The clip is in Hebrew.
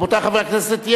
רבותי חברי הכנסת,